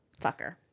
Fucker